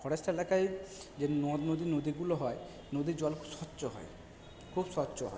forest এলাকায় যে নদ নদী নদীগুলো হয় নদীর জল স্বচ্ছ হয় খুব স্বচ্ছ হয়